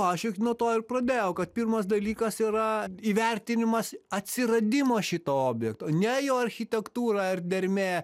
aš juk nuo to ir pradėjau kad pirmas dalykas yra įvertinimas atsiradimo šito objekto ne jo architektūra ar dermė